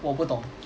我不懂